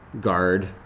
guard